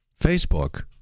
Facebook